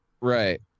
right